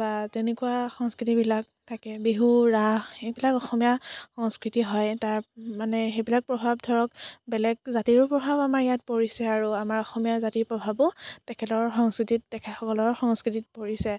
বা তেনেকুৱা সংস্কৃতিবিলাক থাকে বিহু ৰাস এইবিলাক অসমীয়া সংস্কৃতি হয় তাৰ মানে সেইবিলাক প্ৰভাৱ ধৰক বেলেগ জাতিৰো প্ৰভাৱ আমাৰ ইয়াত পৰিছে আৰু আমাৰ অসমীয়া জাতিৰ প্ৰভাৱো তেখেতৰ সংস্কৃতিত তেখেতসকলৰ সংস্কৃতিত পৰিছে